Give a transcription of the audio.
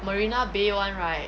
marina bay [one] right